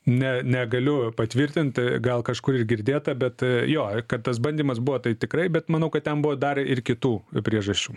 ne negaliu patvirtint gal kažkur ir girdėta bet jo kad tas bandymas buvo tai tikrai bet manau kad ten buvo dar ir kitų priežasčių